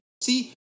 See